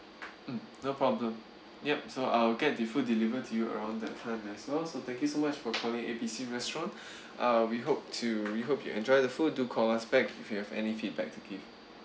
mm no problem yup so I'll get the food delivered to you around that time that's all so thank you so much for calling A B C restaurant uh we hope to we hope you enjoy the food do call us back if you have any feedback to give